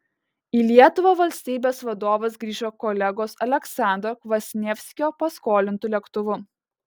į lietuvą valstybės vadovas grįžo kolegos aleksandro kvasnievskio paskolintu lėktuvu